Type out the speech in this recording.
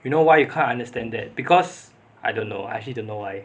you know why you can't understand that because I don't know I actually don't know why